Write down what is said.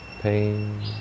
pain